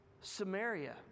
Samaria